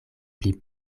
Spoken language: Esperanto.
pli